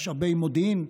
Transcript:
משאבי מודיעין,